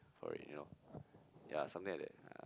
for it you know yeah something like that